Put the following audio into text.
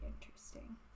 interesting